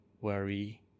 worry